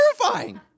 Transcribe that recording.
terrifying